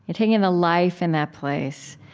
ah taking in the life in that place,